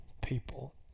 people